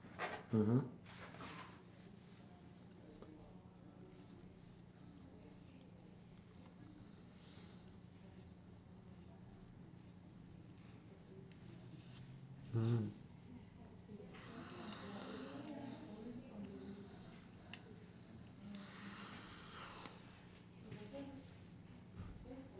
mmhmm mm